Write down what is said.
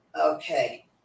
okay